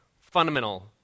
fundamental